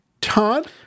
Todd